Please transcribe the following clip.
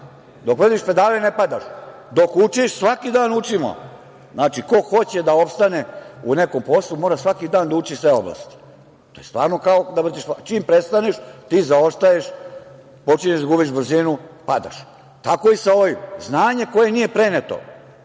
Dok vrtiš pedale, ne padaš. Dok učiš, svaki dan učimo. Znači, ko hoće da opstane u nekom poslu, mora svaki dan da uči iz te oblasti. Čim prestaneš, ti zaostaješ, počinješ da gubiš brzinu i padaš. Tako je i sa ovim. Znanje koje nije preneto